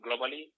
globally